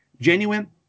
genuine